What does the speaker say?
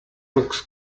looks